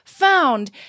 found